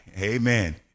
Amen